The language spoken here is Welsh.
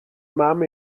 mam